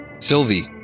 Sylvie